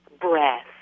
Breath